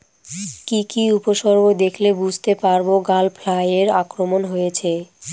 কি কি উপসর্গ দেখলে বুঝতে পারব গ্যাল ফ্লাইয়ের আক্রমণ হয়েছে?